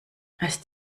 erst